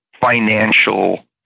financial